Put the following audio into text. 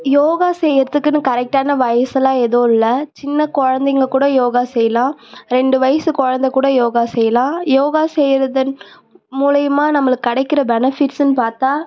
யோகா செய்கிறத்துக்குன்னு கரெக்டான வயசெலாம் எதுவும் இல்லை சின்ன குழந்தைங்க கூட யோகா செய்யலாம் ரெண்டு வயசு குழந்த கூட யோகா செய்யலாம் யோகா செய்கிறதன் மூலயமா நம்மளுக்கு கிடைக்கிற பெனஃபிட்ஸுன்னு பார்த்தா